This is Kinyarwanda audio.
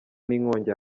n’inkongi